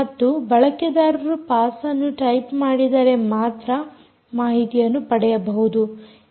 ಹಾಗೂ ಬಳಕೆದಾರರು ಪಾಸ್ಅನ್ನು ಟೈಪ್ ಮಾಡಿದರೆ ಮಾತ್ರ ಮಾಹಿತಿಯನ್ನು ಪಡೆಯಬಹುದು